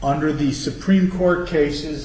under the supreme court cases